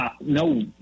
no